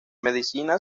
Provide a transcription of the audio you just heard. medicina